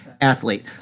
Athlete